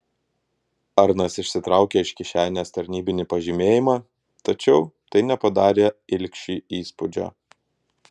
arnas išsitraukė iš kišenės tarnybinį pažymėjimą tačiau tai nepadarė ilgšiui įspūdžio